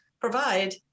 provide